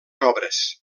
obres